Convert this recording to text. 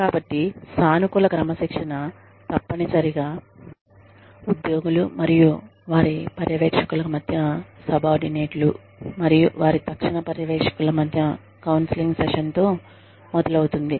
కాబట్టి సానుకూల క్రమశిక్షణ తప్పనిసరిగా ఉద్యోగులు మరియు వారి పర్యవేక్షకుల మధ్య సబార్డినేట్లు మరియు వారి తక్షణ పర్యవేక్షకుల మధ్య కౌన్సెలింగ్ సెషన్ తో మొదలవుతుంది